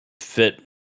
fit